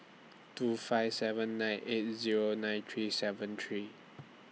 two five seven nine eight Zero nine three seven three